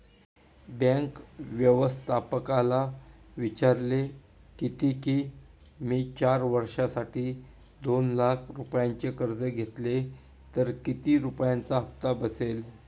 bank व्यवस्थापकाला विचारले किती की, मी चार वर्षांसाठी दोन लाख रुपयांचे कर्ज घेतले तर किती रुपयांचा हप्ता बसेल